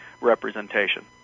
representation